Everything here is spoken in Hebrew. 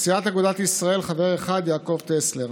סיעת אגודת ישראל, חבר אחד: יעקב טסלר,